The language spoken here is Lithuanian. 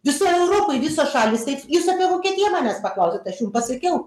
visoj europoj visos šalys tai jūs apie vokietiją manęs paklausėt aš jum pasakiau